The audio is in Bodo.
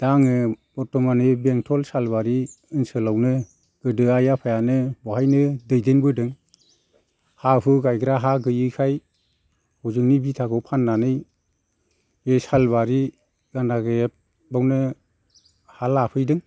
दा आङो बर्थमान ओइ बेंथल सालबारि ओनसोलावनो गोदो आइ आफायानो बहायनो दैदेनबोदों हा हु गायग्रा हा गैयैखाय हजोंनि बिथाखौ फाननानै बे सालबारि गानदागागेब बावनो हा लाफैदों